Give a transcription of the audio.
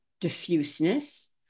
diffuseness